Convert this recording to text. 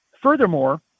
Furthermore